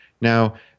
Now